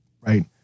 right